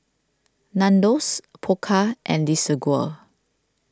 Nandos Pokka and Desigual